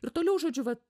ir toliau žodžiu vat